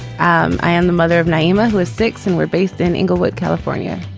um i am the mother of naima who is six and we're based in inglewood california.